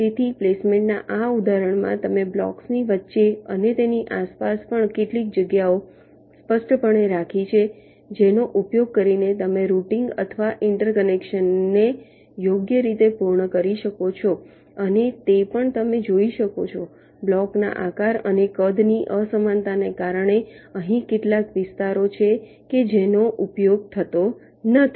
તેથી પ્લેસમેન્ટના આ ઉદાહરણમાં તમે બ્લોકની વચ્ચે અને તેની આસપાસ પણ કેટલીક જગ્યાઓ સ્પષ્ટપણે રાખી છે જેનો ઉપયોગ કરીને તમે રૂટીંગ અથવા ઇન્ટરકનેક્શનને યોગ્ય રીતે પૂર્ણ કરી શકો છો અને તે પણ તમે જોઈ શકો છો બ્લોકના આકાર અને કદની અસમાનતાને કારણે અહીં કેટલાક વિસ્તારો છે કે જેનો ઉપયોગ થતો નથી